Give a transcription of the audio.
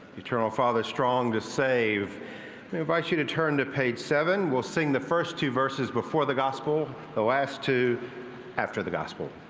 eternal father strong to save. we invite you to turn to page seven and we'll sing the first two verses before the gospel. the last two after the gospel.